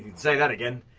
say that again.